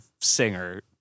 singer